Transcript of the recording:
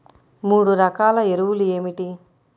మూడు రకాల ఎరువులు ఏమిటి?